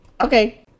Okay